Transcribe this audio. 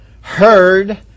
heard